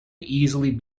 easily